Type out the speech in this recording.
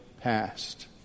past